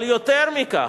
אבל יותר מכך,